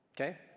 Okay